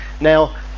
Now